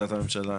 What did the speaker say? מוגבלת".